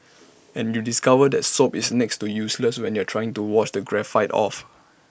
and you discover that soap is next to useless when you're trying to wash the graphite off